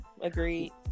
Agreed